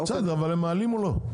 בסדר, אבל הם מעלים או לא?